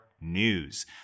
news